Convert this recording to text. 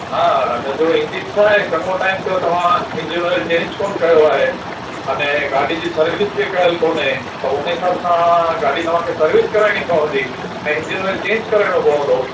हा हिनजो इंजिन छा आहे चङो टाइम थियो तव्हां इंजिन ऑयल चेंज कोन्ह कयो आहे अने गाॾी जी सर्विस बि कयल कोन्हे त उन हिसाब सां गाॾी तव्हांखे सर्विस कराइणी पवंदी ऐं इंजिन ऑयल चेंज कराइणो पवंदो